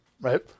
right